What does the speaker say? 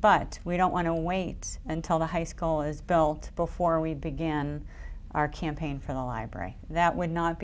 but we don't want to wait until the high school is built before we begin our campaign for the library that